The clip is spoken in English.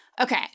okay